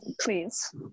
please